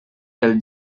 pel